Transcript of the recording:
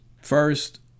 first